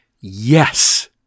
yes